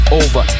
over